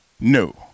No